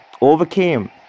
overcame